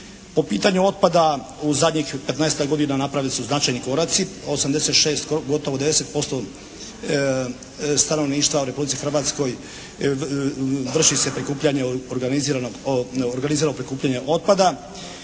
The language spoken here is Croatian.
Po pitanju otpada u zadnjih 15-tak godina napravljeni su značajni koraci. 86, gotovo 90% stanovništva u Republici Hrvatskoj vrši se prikupljanje